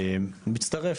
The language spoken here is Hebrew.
מצטרף.